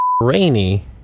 rainy